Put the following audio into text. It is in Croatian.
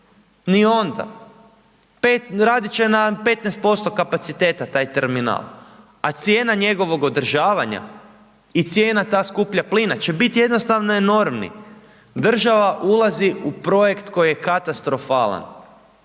Ni onda. Radit će na 15% kapaciteta taj terminal a cijena njegovog održavanja i cijena ta skupljeg plina će bit jednostavno enormni, država ulazi u projekt koji je katastrofalan.